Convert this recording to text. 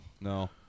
no